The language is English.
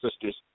sisters